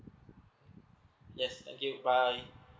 yes thank you bye